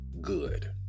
good